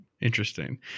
interesting